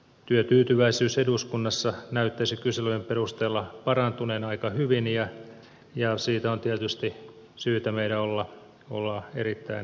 työtyytyväisyys eduskunnassa näyttäisi kyselyiden perusteella parantuneen aika hyvin ja siitä on tietysti syytä meidän olla erittäin tyytyväisiä